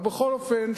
אבל בכל אופן,